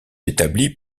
établie